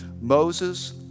Moses